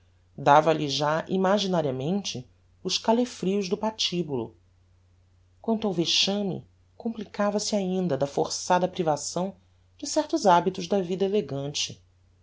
morte dava-lhe já imaginariamente os calefrios do patibulo quanto ao vexame complicava-se ainda da forçada privação de certos habitos da vida elegante